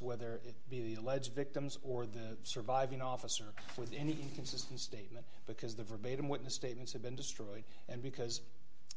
whether it be the alleged victims or the surviving officer with any consistent statement because the verbatim witness statements have been destroyed and because